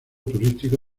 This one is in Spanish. turístico